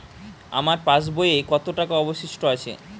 আমার পাশ বইয়ে কতো টাকা অবশিষ্ট আছে?